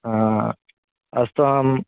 हा अस्तु अहं